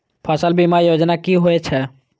फसल बीमा योजना कि होए छै?